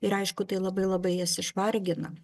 ir aišku tai labai labai jas išvargina